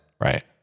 right